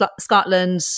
Scotland